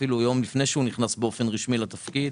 ואפילו יום לפני שהוא נכנס באופן רשמי לתפקיד,